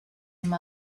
amb